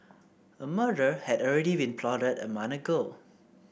a murder had already been plotted a money ago